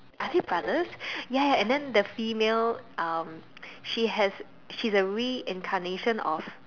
are they brothers ya ya and then the female um she has she's a reincarnation of